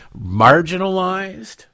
marginalized